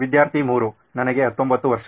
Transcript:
ವಿದ್ಯಾರ್ಥಿ 3 ನನಗೆ 19 ವರ್ಷ